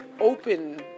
open